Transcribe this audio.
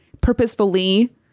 purposefully